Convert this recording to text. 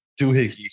doohickey